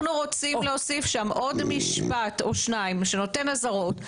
רוצים להוסיף שם עוד משפט או שניים שנותן אזהרות,